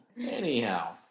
Anyhow